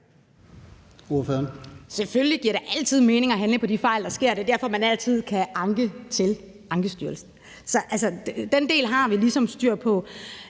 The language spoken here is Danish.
Selvfølgelig giver det da altid mening at handle på de fejl, der sker. Det er derfor, man altid kan anke til Ankestyrelsen. Den del har vi ligesom styr på.